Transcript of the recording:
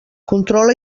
controla